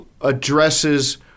addresses